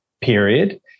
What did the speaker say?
period